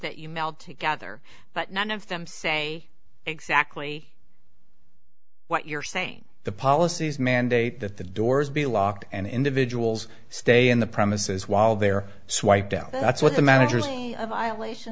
that you meld together but none of them say exactly what you're saying the policies mandate that the doors be locked and individuals stay in the premises while they're swiped out that's what the managers a violation